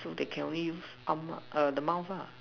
so they can only use arm mah err the mouth lah